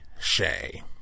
Shay